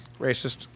Racist